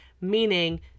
meaning